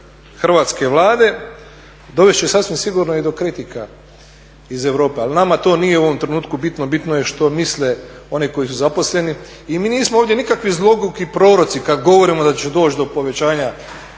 Hrvatske vlade dovest će sasvim sigurno i do kritika iz Europe, ali nama to nije u ovom trenutku bitno, bitno je što misle oni koji su zaposleni. I mi nismo ovdje nikakvi zloguki proroci kad govorimo da će doći do povećanja